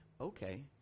Okay